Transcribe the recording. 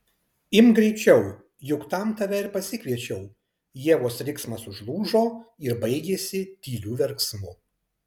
imk greičiau juk tam tave ir pasikviečiau ievos riksmas užlūžo ir baigėsi tyliu verksmu